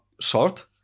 short